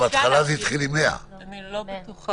בהתחלה זה התחיל עם 100. אני לא בטוחה,